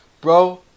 Bro